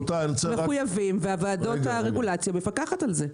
מחויבים וועדת הרגולציה מפקחת על זה.